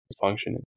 functioning